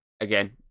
Again